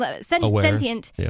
sentient